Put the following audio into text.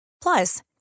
plus